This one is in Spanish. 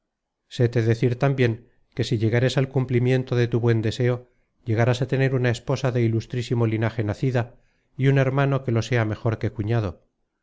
séte decir tambien que si llegares al cumplimiento de tu buen deseo llegarás á tener una esposa de ilustrísimo linaje nacida y un hermano que lo sea mejor que cuñado